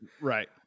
right